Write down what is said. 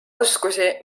oskusi